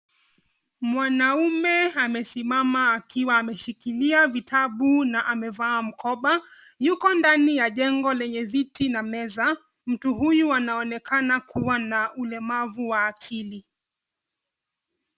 Mwanaume amesimama akiwa ameshikilia vitabu na amevaa mkoba. Yuko ndani ya jengo lenye viti na meza. Mtu huyu anaonekana kuwa na ulemavu wa akili.